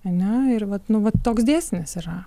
ane ir vat nu vat toks dėsnis yra